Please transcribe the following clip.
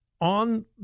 on